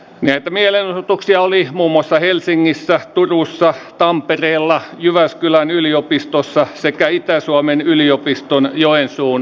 näitä mielenosoituksia oli muun muassa helsingissä turussa tampereella jyväskylän yliopistossa sekä itä suomen yliopiston joensuun kampuksella